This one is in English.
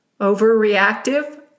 overreactive